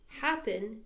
happen